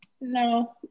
No